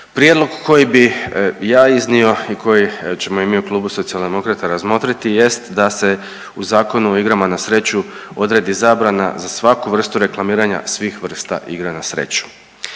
Prijedlog koji bih ja iznio i koji ćemo i mi u klubu Socijaldemokrata razmotriti jest da se u Zakonu o igrama na sreću odredi zabrana za svaku vrstu reklamiranja svih vrsta igra na sreću.